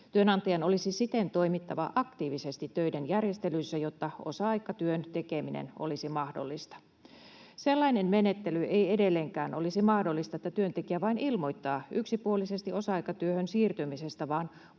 Työnantajan olisi siten toimittava aktiivisesti töiden järjestelyissä, jotta osa-aikatyön tekeminen olisi mahdollista. Sellainen menettely ei edelleenkään olisi mahdollista, että työntekijä vain ilmoittaa yksipuolisesti osa-aikatyöhön siirtymisestä,